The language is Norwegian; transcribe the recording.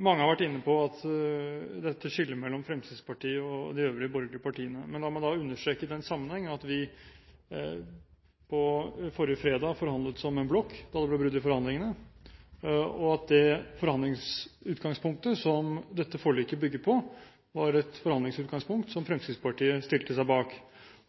Mange har vært inne på dette skillet mellom Fremskrittspartiet og de øvrige borgerlige partiene, men la meg i den sammenheng understreke at vi forrige fredag forhandlet som en blokk da det ble brudd i forhandlingene. Det forhandlingsutgangspunktet som dette forliket bygger på, var et forhandlingsutgangspunkt som Fremskrittspartiet stilte seg bak.